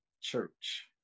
church